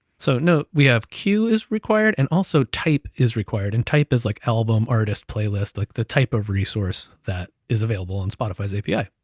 so no, we have queue is required, and also type is required, and type is like album, artist, playlist, like the type of resource that is available in spotify's api,